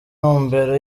ntumbero